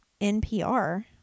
NPR